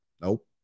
nope